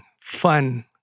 fun